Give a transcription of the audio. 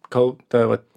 kal ta vat